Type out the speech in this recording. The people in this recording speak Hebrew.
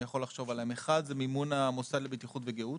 יכול לחשוב עליהם: אחד זה מימון המוסד לבטיחות ולגיהות,